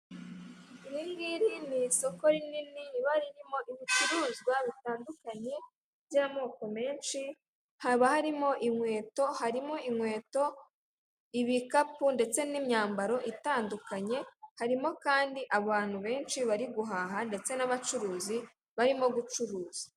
Iringiri ni isoko rinini riba ririmo ibicuruzwa bitandukanye by'amoko menshi haba harimo inkweto, harimo inkweto, ibikapu ndetse n'imyambaro itandukanye harimo kandi abantu benshi bari guhaha ndetse n'abacuruzi barimo gucuruza.